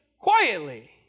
quietly